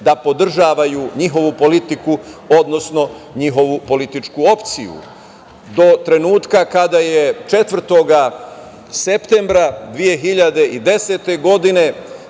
da podržavaju njihovu politiku, odnosno njihovu političku opciju do trenutka kada je 4. septembra 2010. godine